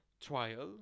trial